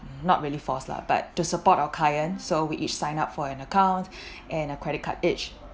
not really forced lah but to support our client so we each signed up for an account and a credit card each